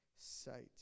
sight